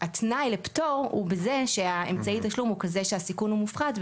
אלא התנאי לפטור הוא בזה שאמצעי התשלום הוא כזה שהסיכון בו הוא מופחת,